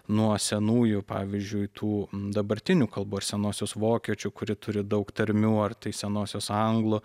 nuo senųjų pavyzdžiui tų dabartinių kalbų ar senosios vokiečių kuri turi daug tarmių ar tai senosios anglų